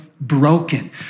broken